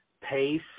pace